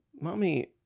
Mommy